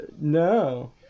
no